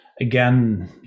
Again